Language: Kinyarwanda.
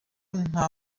nta